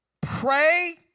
pray